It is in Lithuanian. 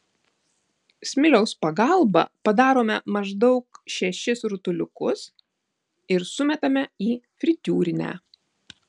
smiliaus pagalba padarome maždaug šešis rutuliukus ir sumetame į fritiūrinę